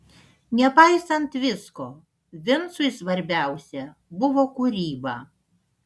nepaisant visko vincui svarbiausia buvo kūryba